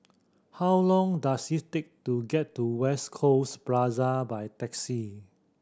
how long does it take to get to West Coast Plaza by taxi